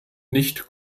nicht